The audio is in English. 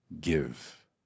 Give